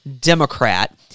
Democrat